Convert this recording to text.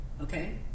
Okay